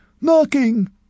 Knocking